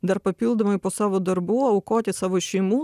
dar papildomai po savo darbų aukoti savo šeimų